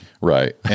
Right